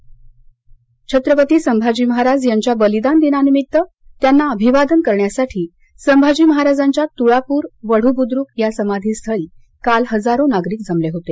संभाजी महाराज छत्रपती संभाजी महाराज यांच्या बलिदान दिनानिमित्त त्यांना अभिवादन करण्यासाठी संभाजी महाराजांच्या तुळापुर वद्रू बुद्रुक या समाधीस्थळी काल हजारो नागरिक जमले होते